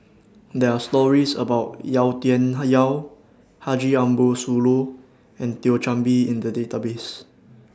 There Are stories about Yau Tian Yau Haji Ambo Sooloh and Thio Chan Bee in The Database